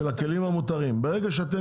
של הכלים המותרים, ברגע שאתם